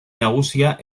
nagusia